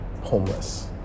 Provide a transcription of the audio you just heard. homeless